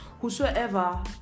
whosoever